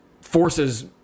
forces